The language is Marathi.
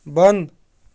बंद